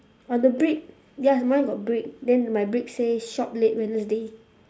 on the brick yes mine got brick then my brick says shop late wednesday